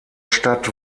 stadt